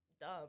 dumb